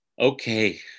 Okay